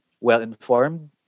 well-informed